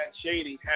Shady